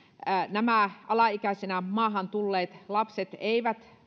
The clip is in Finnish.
nämä alaikäisenä maahan tulleet lapset eivät